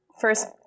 first